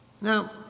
Now